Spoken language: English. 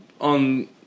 On